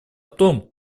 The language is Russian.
том